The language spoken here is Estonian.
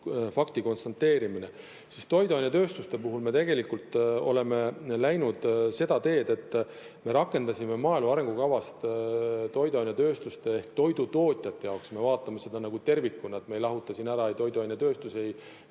fakti konstateerimine. Toiduainetööstuste puhul me tegelikult oleme läinud seda teed, et me rakendasime maaelu arengukavast toiduainetööstuste ehk toidutootjate jaoks – me vaatame seda nagu tervikuna, me ei lahuta siin ära ei toiduainetööstusi,